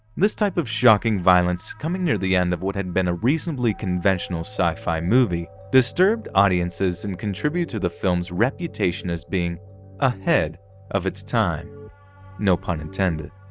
this type of shocking violence, coming near the end of what had been a reasonably conventional sci-fi movie, disturbed audiences and contributed to the film's reputation as being a head of its time no pun intended.